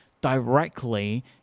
directly